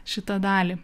šitą dalį